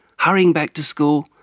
hurrying back to school,